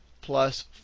plus